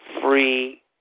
free